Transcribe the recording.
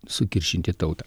sukiršinti tautą